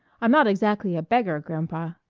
i'm not exactly a beggar, grampa,